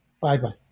Bye-bye